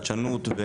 החדשנות,